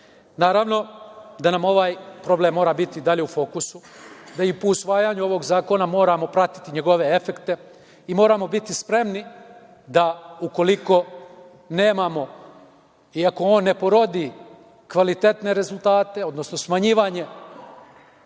Srbiji. Naravno da nam ovaj problem mora biti dalje u fokusu, da i po usvajanju ovog zakona moramo pratiti njegove efekte i moramo biti spremni da, ukoliko nemamo i ako on ne rodi kvalitetne rezultate, odnosno smanjivanje